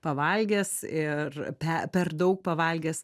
pavalgęs ir pe per daug pavalgęs